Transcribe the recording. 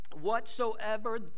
whatsoever